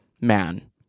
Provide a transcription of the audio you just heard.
man